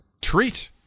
treat